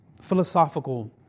philosophical